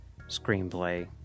screenplay